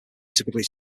typically